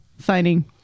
signing